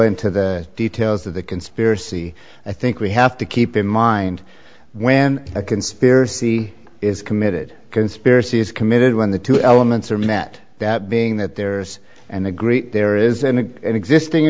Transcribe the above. into the details of the conspiracy i think we have to keep in mind when a conspiracy is committed conspiracy is committed when the two elements are met that being that there's and agree there is an existing